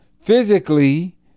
physically